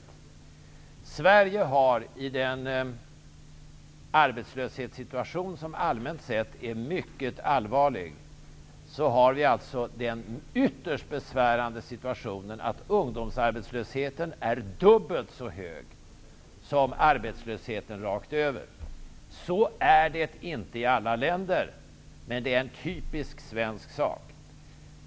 I Sverige har vi, med en arbetslöshet som allmänt sett är mycket allvarlig, den ytterst besvärande situationen att ungdomsarbetslösheten är dubbelt så hög som arbetslösheten rakt över. Så är det inte i alla länder. Det är en typiskt svensk sak.